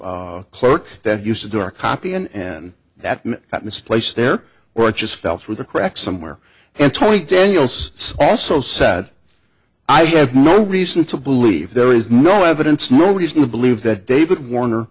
a clerk that used to do or copy and then that that misplaced there or it just fell through the cracks somewhere and tony daniels also said i have no reason to believe there is no evidence no reason to believe that david warner